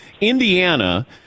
Indiana